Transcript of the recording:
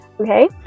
okay